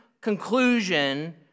conclusion